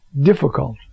difficult